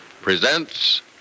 presents